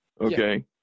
Okay